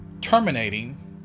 terminating